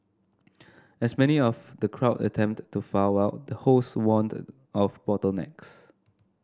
as many of the crowd attempted to file out the hosts warned of bottlenecks